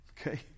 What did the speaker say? Okay